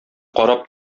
карап